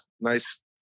nice